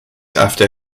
after